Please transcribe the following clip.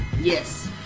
Yes